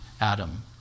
Adam